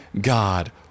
God